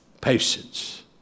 patience